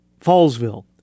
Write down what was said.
Fallsville